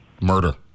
murder